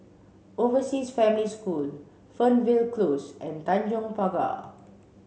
Overseas Family School Fernvale Close and Tanjong Pagar